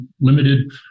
limited